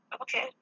okay